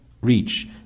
reach